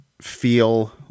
feel